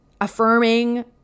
Affirming